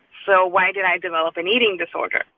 so why did i develop an eating disorder?